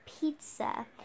pizza